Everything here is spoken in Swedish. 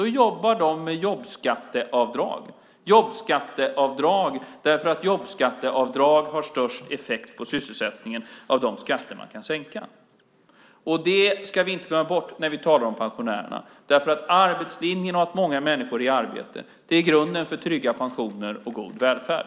De jobbar med jobbskatteavdrag, därför att jobbskatteavdrag har störst effekt på sysselsättningen av de skatter man kan sänka. Det ska vi inte glömma bort när vi talar om pensionärerna. Arbetslinjen och att många människor är i arbete är grunden för trygga pensioner och god välfärd.